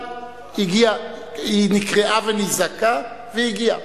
אבל היא נקראה ונזעקה והגיעה,